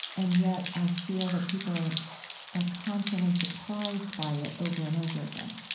and yet, i feel that people are constantly surprised by it, over and over again